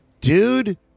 Dude